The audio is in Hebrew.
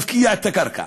מפקיע את הקרקע,